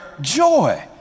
joy